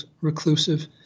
reclusive